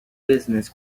business